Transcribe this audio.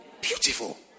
Beautiful